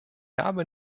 habe